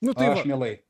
nu tai aš mielai